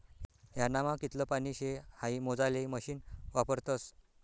ह्यानामा कितलं पानी शे हाई मोजाले मशीन वापरतस